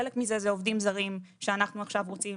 חלק מזה אלה עובדים זרים שאנחנו עכשיו רוצים